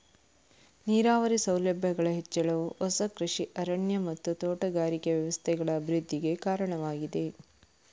ನೀರಾವರಿ ಸೌಲಭ್ಯಗಳ ಹೆಚ್ಚಳವು ಹೊಸ ಕೃಷಿ ಅರಣ್ಯ ಮತ್ತು ತೋಟಗಾರಿಕೆ ವ್ಯವಸ್ಥೆಗಳ ಅಭಿವೃದ್ಧಿಗೆ ಕಾರಣವಾಗಿದೆ